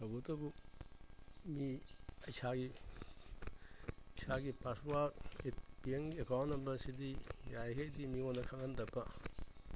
ꯇꯧꯕꯇꯕꯨ ꯃꯤ ꯏꯁꯥꯒꯤ ꯏꯁꯥꯒꯤ ꯄꯥꯁꯋꯥꯔꯗ ꯑꯦ ꯇꯤ ꯑꯦꯝꯒꯤ ꯑꯦꯀꯥꯎꯟ ꯅꯝꯕꯔꯁꯤꯗꯤ ꯌꯥꯔꯤꯒꯩꯗꯤ ꯃꯤꯉꯣꯟꯗ ꯈꯪꯍꯟꯗꯕ